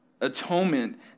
atonement